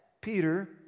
Peter